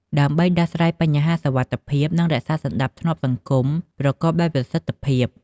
ដើម្បីដោះស្រាយបញ្ហាសុវត្ថិភាព និងរក្សាសណ្ដាប់ធ្នាប់សង្គម ប្រកបដោយប្រសិទ្ធភាព។